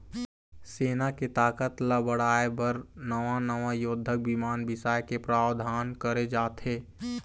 सेना के ताकत ल बढ़ाय बर नवा नवा युद्धक बिमान बिसाए के प्रावधान करे जाथे